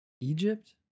Egypt